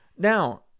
Now